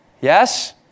Yes